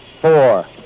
four